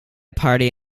party